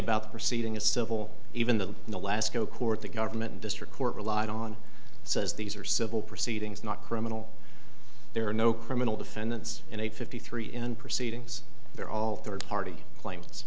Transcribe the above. about proceeding a civil even the in alaska court the government district court relied on says these are civil proceedings not criminal there are no criminal defendants in a fifty three in proceedings they're all third party claims